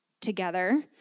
together